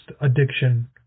addiction